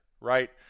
right